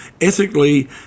ethically